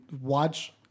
watch